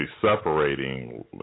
separating